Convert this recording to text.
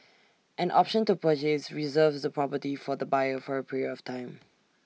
an option to purchase reserves the property for the buyer for A period of time